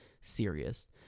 serious